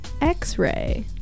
X-ray